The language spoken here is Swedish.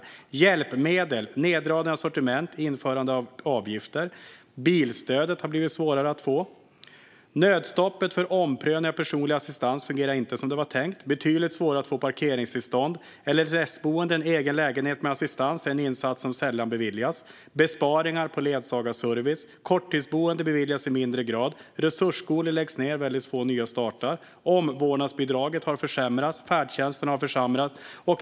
Vad gäller hjälpmedel har det skett neddragning av sortiment och införande av avgifter. Bilstödet har blivit svårare att få. Nödstoppet för omprövningar av personlig assistans fungerar inte som det var tänkt. Det har blivit betydligt svårare att få parkeringstillstånd. LSS-boende - egen lägenhet med assistans - är en insats som sällan beviljas. Besparingar har gjorts på ledsagarservice. Korttidsboende beviljas i lägre grad. Resursskolor läggs ned och väldigt få nya startar. Omvårdnadsbidraget har försämrats. Färdtjänsten har försämrats.